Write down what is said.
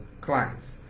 clients